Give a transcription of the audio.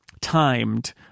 timed